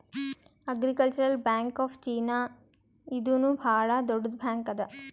agricultural bank of China ಇದೂನು ಭಾಳ್ ದೊಡ್ಡುದ್ ಬ್ಯಾಂಕ್ ಅದಾ